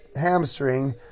hamstring